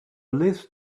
list